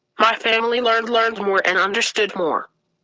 my family learned learned more and understood more.